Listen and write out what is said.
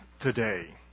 today